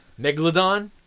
Megalodon